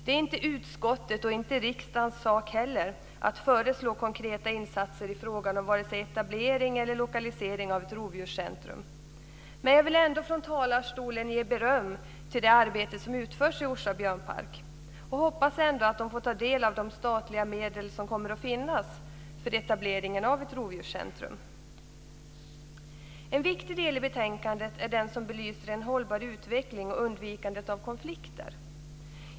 Det är inte utskottets och inte heller riksdagens sak att föreslå konkreta insatser i fråga om vare sig etablering eller lokalisering av ett rovdjurscentrum, men jag vill ändå från talarstolen ge beröm för det arbete som utförs i Orsa björnpark. Jag hoppas att de får ta del av de statliga medel som kommer att finnas för etableringen av ett rovdjurscentrum. En viktig del i betänkandet är den som belyser en hållbar utveckling och undvikandet av konflikter.